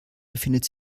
befindet